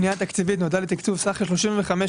הפנייה התקציבית נועדה לתקצוב סך של 35.5